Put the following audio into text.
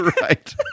right